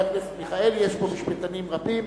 חבר הכנסת מיכאלי, יש פה משפטנים רבים.